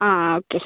ആ ആ ഓക്കെ